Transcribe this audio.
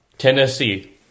Tennessee